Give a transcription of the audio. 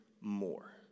more